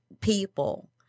people